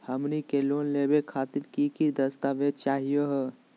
हमनी के लोन लेवे खातीर की की दस्तावेज चाहीयो हो?